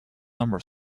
number